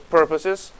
purposes